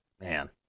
Man